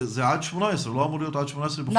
זה לא אמור להיות עד גיל 18 בכל מקרה?